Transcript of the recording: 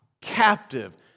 captive